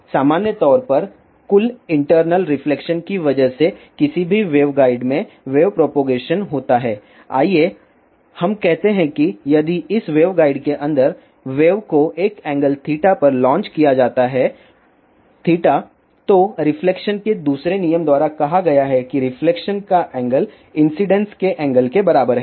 सामान्य तौर पर कुल इंटरनल रिफ्लेक्शन की वजह से किसी भी वेवगाइड में वेव प्रोपगेशन होता है आइए हम कहते हैं कि यदि इस वेवगाइड के अंदर वेव को एक एंगल पर लॉन्च किया जाता है तो रिफ्लेक्शन के दूसरे नियम द्वारा कहा गया है कि रिफ्लेक्शन का एंगल इन्सिडेन्स के एंगल के बराबर है